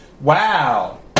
Wow